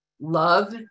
love